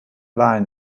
wahlen